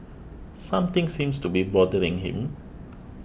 something seems to be bothering him